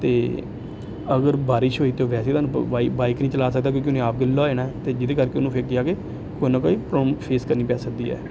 ਅਤੇ ਅਗਰ ਬਾਰਿਸ਼ ਹੋਈ ਤਾਂ ਉਹ ਵੈਸੇ ਉਹਨੂੰ ਬਾ ਬਾਈਕ ਨਹੀਂ ਚਲਾ ਸਕਦਾ ਕਿਉਂਕਿ ਉਹਨੇ ਆਪ ਗਿੱਲਾ ਹੋ ਜਾਣਾ ਅਤੇ ਜਿਹਦੇ ਕਰਕੇ ਉਹਨੂੰ ਫਿਰ ਅੱਗੇ ਜਾ ਕੇ ਕੋਈ ਨਾ ਕੋਈ ਪ੍ਰੋਬਲਮ ਫੇਸ ਕਰਨੀ ਪੈ ਸਕਦੀ ਹੈ